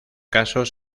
casos